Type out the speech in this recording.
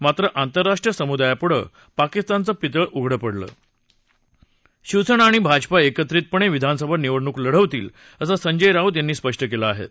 मात्र आंतरराष्ट्रीय समुदायापुढं पाकिस्तानचं पितळ उघडं पडलं आहा शिवसत्ती आणि भाजपा एकत्रितपण विधानसभा निवडणूक लढवतील असं संजय राऊत यांनी स्पष्ट कलि आहा